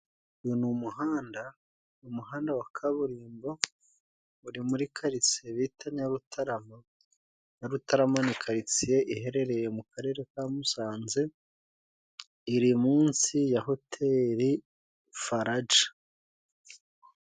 Uyu ni umuhanda. Umuhanda wa kaburimbo uri muri karitsiye bita Nyarutarama. Nyarutarama ni karitsiye iherereye mu Karere ka Musanze iri munsi ya hoteli Faraja.